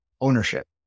ownership